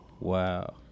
Wow